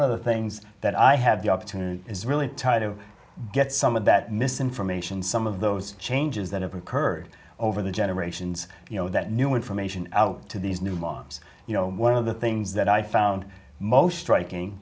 of the things that i have the opportunity is really time to get some of that misinformation some of those changes that have occurred over the generations you know that new information out to these new moms you know one of the things that i found most striking